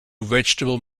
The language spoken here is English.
vegetable